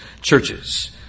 churches